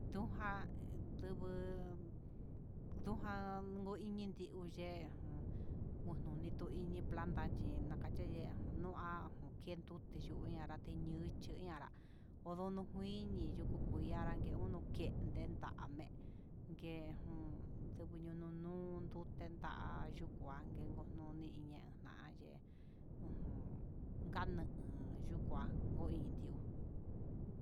Ndujan ndubuu han ndikan nudivii nuu yé, ununi tu iñi planta yí, nakache nu'a konkendo tinuña ñatenruchu en há ondono njuin iin yuku kui anraken ta'ame ngue un nduyununu ndute ndenda yena yununu, noni ini chandé ujun ngana ngué yuu kuá nguu indió.